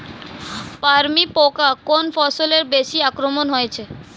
পামরি পোকা কোন ফসলে বেশি আক্রমণ হয়েছে?